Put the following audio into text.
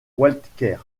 walker